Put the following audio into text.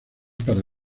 para